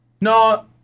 no